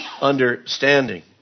understanding